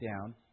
down